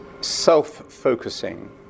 self-focusing